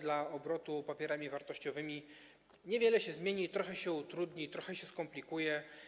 dla obrotu papierami wartościowymi niewiele się zmieni, trochę się utrudni, trochę się skomplikuje.